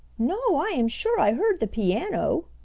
no, i am sure i heard the piano,